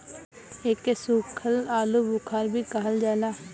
एके सुखल आलूबुखारा भी कहल जाला